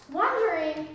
wondering